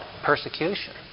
Persecution